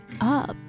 up